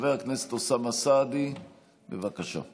חבר הכנסת אוסאמה סעדי, בבקשה.